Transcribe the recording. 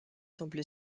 semble